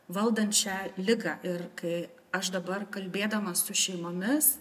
valdant šią ligą ir kai aš dabar kalbėdama su šeimomis